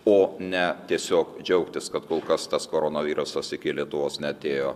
o ne tiesiog džiaugtis kad kol kas tas koronavirusas iki lietuvos neatėjo